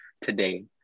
today